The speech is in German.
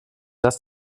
dass